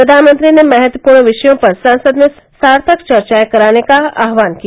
प्रधानमंत्री ने महत्वपूर्ण विषयों पर संसद में सार्थक चर्चाएं करने का आह्वान किया